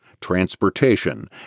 transportation